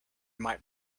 might